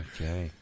Okay